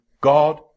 God